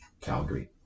Calgary